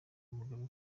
mugabe